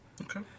Okay